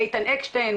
איתן אקשטיין,